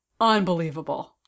Unbelievable